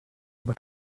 but